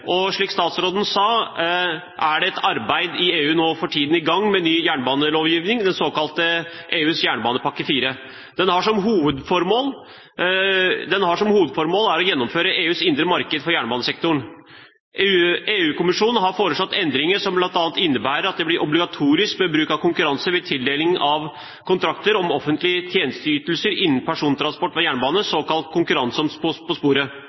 og slik statsråden sa, er det for tiden i gang et arbeid i EU med ny jernbanelovgivning, den såkalte EUs jernbanepakke IV. Den har som hovedformål å gjennomføre EUs indre marked for jernbanesektoren. EU-kommisjonen har foreslått endringer som bl.a. innebærer at det blir obligatorisk med bruk av konkurranse ved tildeling av kontrakter om offentlige tjenesteytelser innen persontransport ved jernbane, såkalt konkurranse på sporet.